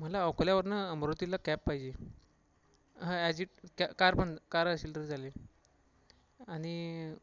मला अकोल्यावरनं अमरावतीला कॅब पाहिजे हां ॲज इट कॅ कार पण कार असेल तरी चालेल आणि